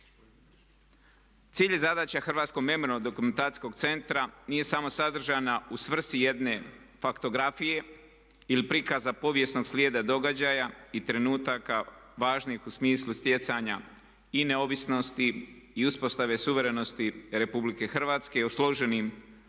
Cilj i zadaća Hrvatskog memorijalno-dokumentacijskog centra nije samo sadržana u svrsi jedne faktografije ili prikaza povijesnog slijeda događaja i trenutaka važnih u smislu stjecanja i neovisnosti i uspostave suverenosti Republike Hrvatske o složenim